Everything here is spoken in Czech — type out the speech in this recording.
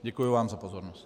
Děkuji vám za pozornost.